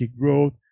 growth